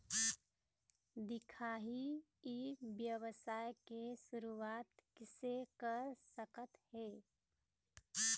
दिखाही ई व्यवसाय के शुरुआत किसे कर सकत हे?